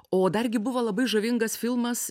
o dar gi buvo labai žavingas filmas